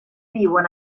viuen